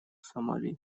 сомали